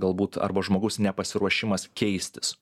galbūt arba žmogaus nepasiruošimas keistis